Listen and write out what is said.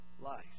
life